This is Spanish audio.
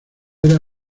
era